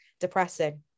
depressing